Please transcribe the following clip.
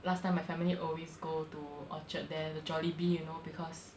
last time my family always go to orchard there the Jollibee you know because